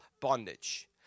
bondage